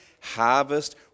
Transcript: harvest